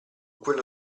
quello